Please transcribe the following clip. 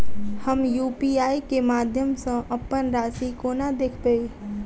हम यु.पी.आई केँ माध्यम सँ अप्पन राशि कोना देखबै?